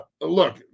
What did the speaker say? look